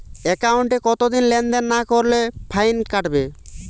একাউন্টে কতদিন লেনদেন না করলে ফাইন কাটবে?